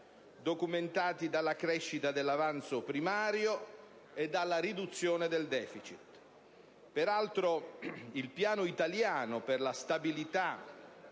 documentati dalla crescita dell'avanzo primario e dalla riduzione del deficit. Peraltro, il Piano italiano per la stabilità